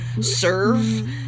serve